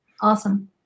awesome